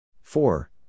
Four